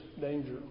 danger